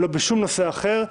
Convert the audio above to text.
לא בשום נושא אחר,